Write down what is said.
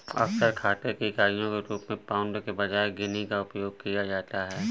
अक्सर खाते की इकाइयों के रूप में पाउंड के बजाय गिनी का उपयोग किया जाता है